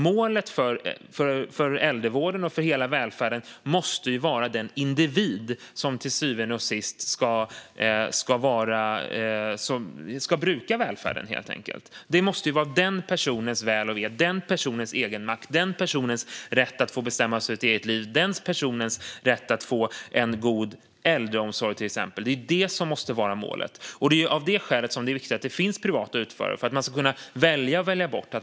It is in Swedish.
Målet för äldrevården och för hela välfärden måste ju vara den individ som till syvende och sist ska bruka välfärden. Det är ju den personens väl och ve, egenmakt, rätt att bestämma över sitt eget liv och rätt att få en god äldreomsorg som måste vara målet. Av detta skäl är det viktigt att det finns privata utförare. Man ska kunna välja och välja bort.